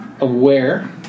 Aware